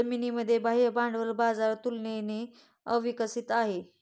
जर्मनीमध्ये बाह्य भांडवल बाजार तुलनेने अविकसित आहे